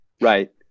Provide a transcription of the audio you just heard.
right